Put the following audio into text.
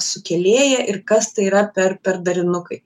sukėlėją ir kas tai yra per per darinukai